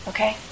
Okay